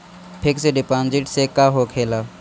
Fix deposit से का होखे ला?